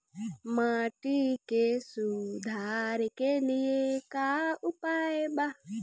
माटी के सुधार के लिए का उपाय बा?